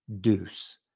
Deuce